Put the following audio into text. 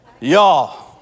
Y'all